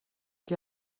qui